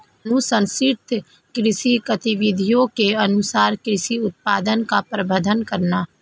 अनुशंसित कृषि गतिविधियों के अनुसार कृषि उत्पादन का प्रबंधन करना